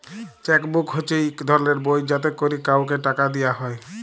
cheque book হছে ইক ধরলের বই যাতে ক্যরে কাউকে টাকা দিয়া হ্যয়